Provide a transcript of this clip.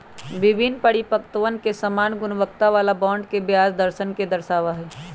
विभिन्न परिपक्वतवन पर समान गुणवत्ता वाला बॉन्ड के ब्याज दरवन के दर्शावा हई